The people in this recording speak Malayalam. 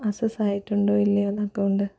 ആക്സസ് ആയിട്ടൊണ്ടോ ഇല്ലയോയെന്ന് അക്കൗണ്ട്